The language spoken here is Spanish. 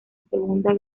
segunda